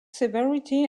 severity